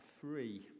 free